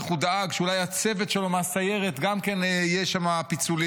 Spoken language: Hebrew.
איך הוא דאג שאולי גם בצוות שלו מהסיירת יהיו פיצולים,